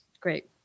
Great